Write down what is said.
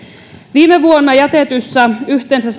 viime vuonna jätetyssä yhteensä